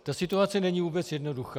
Ta situace není vůbec jednoduchá.